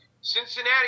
Cincinnati